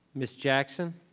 ms. jackson.